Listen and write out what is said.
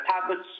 tablets